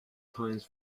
times